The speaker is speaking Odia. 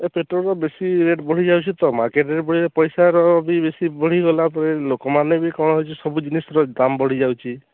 ଏ ପେଟ୍ରୋଲ୍ ବେଶୀ ରେଟ୍ ବଢ଼ି ଯାଉଛି ତ ମାର୍କେଟ୍ରେ ବି ପଇସାର ବି ବେଶୀ ବଢ଼ି ଗଲା ପରେ ଲୋକମାନେ ବି କ'ଣ ହେଇଛି ସବୁ ଜିନିଷ ଦାମ୍ ବଢ଼ି ଯାଉଛି